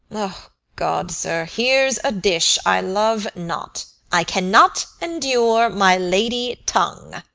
o god, sir, here's a dish i love not i cannot endure my lady tongue.